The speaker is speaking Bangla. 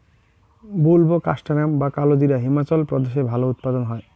বুলবোকাস্ট্যানাম বা কালোজিরা হিমাচল প্রদেশে ভালো উৎপাদন হয়